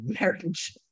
marriage